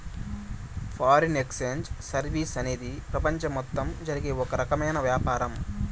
foreign exchange services అనేది ప్రపంచం మొత్తం జరిగే ఓ రకమైన వ్యాపారం